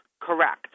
correct